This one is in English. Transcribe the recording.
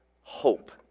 hope